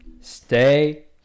stay